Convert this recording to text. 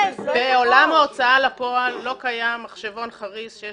בעולם ההוצאה לפועל לא קיים מחשבון שיש